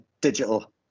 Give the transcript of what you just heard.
digital